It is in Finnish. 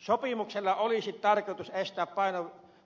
sopimuksella olisi tarkoitus estää